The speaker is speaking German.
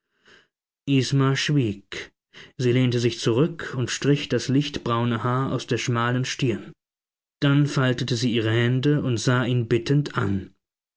isma schwieg sie lehnte sich zurück und strich das lichtbraune haar aus der schmalen stirn dann faltete sie ihre hände und sah ihn bittend an